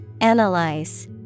Analyze